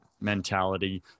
mentality